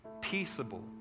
peaceable